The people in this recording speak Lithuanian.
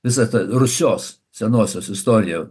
visa ta rusios senosios istorija